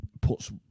puts